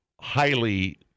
highly